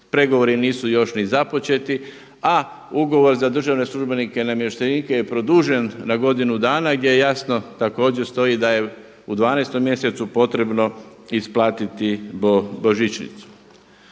pregovori nisu još ni započeti a ugovor za državne službenike i namještenike je produžen na godinu dana gdje jasno također stoji da je u 12. mjesecu potrebno isplatiti božićnicu.